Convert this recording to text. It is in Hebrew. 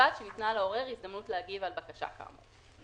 ובלבד שניתנה לעורר הזדמנות להגיב על בקשה כאמור,